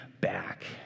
back